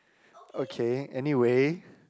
okay anyway